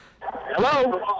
Hello